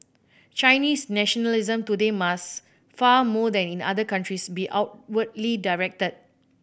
Chinese nationalism today must far more than in other countries be outwardly directed